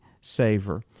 savor